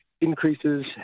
increases